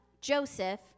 Joseph